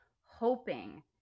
hoping